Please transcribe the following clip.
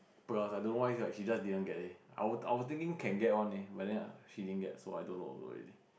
plus I don't know why like she just didn't get leh I was I was thinking can get one leh but then she didn't get so I don't know also already